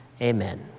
Amen